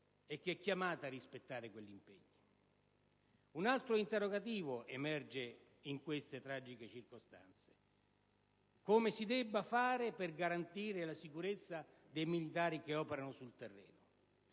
ed è chiamata a rispettare quegli impegni. Un altro interrogativo emerge in queste tragiche circostanze; come si debba fare per garantire la sicurezza dei militari che operano sul territorio.